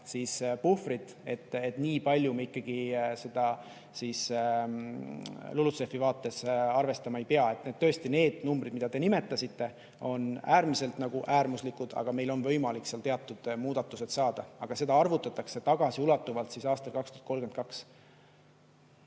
sellist puhvrit, et nii palju me ikkagi seda LULUCF-i vaates arvestama ei pea. Tõesti, need numbrid, mida te nimetasite, on äärmiselt äärmuslikud, aga meil on võimalik seal teatud muudatused saada. Aga seda arvutatakse tagasiulatuvalt aastal 2032.